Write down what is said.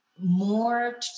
more